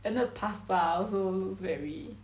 and the pasta also looks very